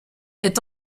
est